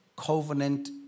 covenant